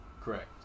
Correct